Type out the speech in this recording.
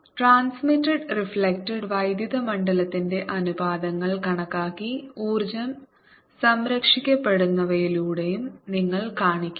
transmitted reflected വൈദ്യുത മണ്ഡലത്തിന്റെ അനുപാതങ്ങൾ കണക്കാക്കി ഊർജ്ജം സംരക്ഷിക്കപ്പെടുന്നവയിലൂടെയും നിങ്ങൾ കാണിക്കുന്നു